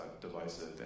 divisive